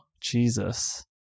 Jesus